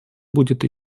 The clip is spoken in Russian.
будет